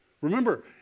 Remember